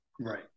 Right